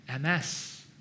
MS